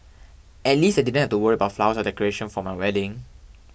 at least I didn't have to worry about flowers or decoration for my wedding